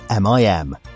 MIM